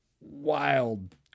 wild